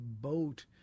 boat